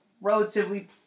relatively